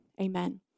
amen